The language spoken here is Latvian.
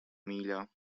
mīļā